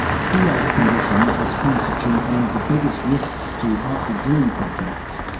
sea ice conditions, which constitute one of the biggest risks to arctic drilling projects,